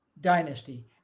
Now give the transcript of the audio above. dynasty